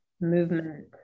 movement